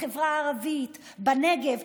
בחברה הערבית, בנגב.